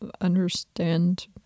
Understand